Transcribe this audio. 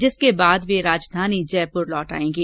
जिसके बाद वे राजधानी जयपुर लौट आएंगी